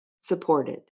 supported